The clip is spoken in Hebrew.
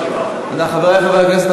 חברי חברי הכנסת,